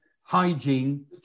hygiene